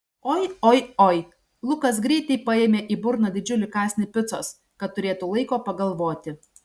oi oi oi lukas greitai paėmė į burną didžiulį kąsnį picos kad turėtų laiko pagalvoti